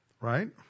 right